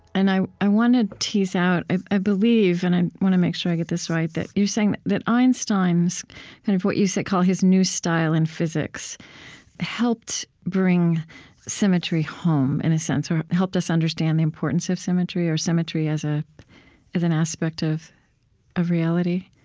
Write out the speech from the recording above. and i i want to tease out i i believe, and i want to make sure i get this right, that you're saying that einstein's what you call his new style in physics helped bring symmetry home, in a sense, or helped us understand the importance of symmetry, or symmetry as ah as an aspect of of reality.